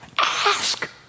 ask